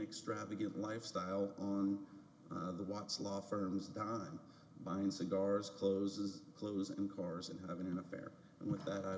extravagant lifestyle on the wants law firms dime buying cigars clothes of clothes and cars and having an affair with that i